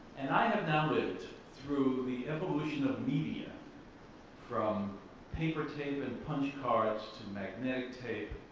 and i acknowledged through the evolution of media from paper, tape and punch cards, to magnetic tape,